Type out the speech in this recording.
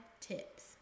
tips